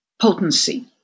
potency